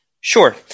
Sure